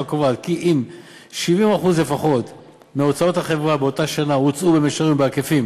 הקובעת אם 70% לפחות מהוצאות החברה באותה שנה הוצאו במישרין או בעקיפין